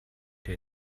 der